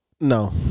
No